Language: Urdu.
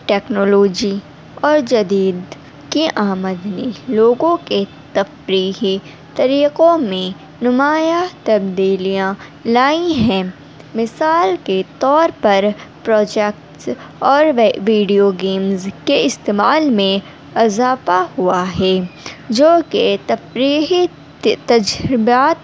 ٹیکنالوجی اور جدید کے آمدنی لوگوں کے تفریحی طریقوں میں نمایاں تبدیلیاں لائیں ہیں مثال کے طور پر پروجیکٹس اور ویڈیو گیمز کے استعمال میں اضافہ ہوا ہے جو کہ تفریحی تجربات